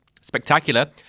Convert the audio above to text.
spectacular